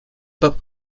but